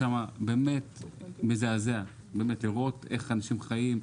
ובאמת מזעזע לראות איך אנשים חיים,